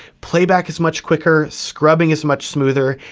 playback is much quicker, scrubbing is much smoother,